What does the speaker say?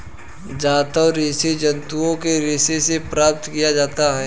जांतव रेशे जंतुओं के रेशों से प्राप्त किया जाता है